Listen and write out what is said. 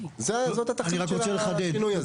זו התכלית של השינוי הזה.